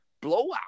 blowout